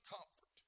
Comfort